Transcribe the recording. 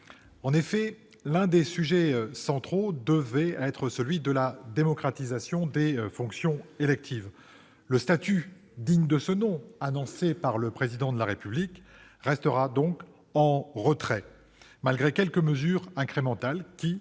En effet, l'un des sujets centraux devait être celui de la démocratisation des fonctions électives. Le « statut digne de ce nom », annoncé par le Président de la République, restera en deçà, malgré quelques mesures incrémentales qui